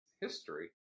history